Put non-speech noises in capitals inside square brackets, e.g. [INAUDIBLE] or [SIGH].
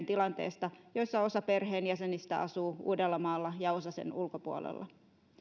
[UNINTELLIGIBLE] tilanteesta joissa osa perheenjäsenistä asuu uudellamaalla ja osa sen ulkopuolella